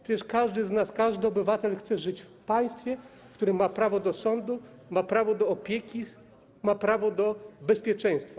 Przecież każdy z nas, każdy obywatel chce żyć w państwie, w którym ma prawo do sądu, ma prawo do opieki, ma prawo do bezpieczeństwa.